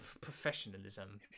professionalism